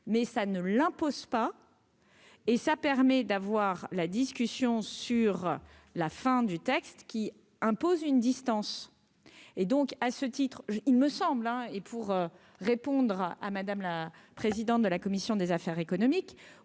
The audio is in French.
mais ça ne l'impose pas. Et ça permet d'avoir la discussion sur la fin du texte qui impose une distance et donc à ce titre, il me semble, hein, et pour répondre à, à madame la présidente de la commission des affaires économiques,